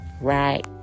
right